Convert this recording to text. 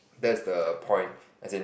that is the point as in